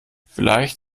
vielleicht